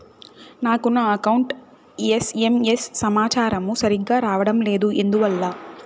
నాకు నా account SMS సమాచారము సరిగ్గా రావడం లేదు ఎందువల్ల?